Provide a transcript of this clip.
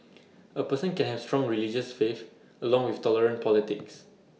A person can have strong religious faith along with tolerant politics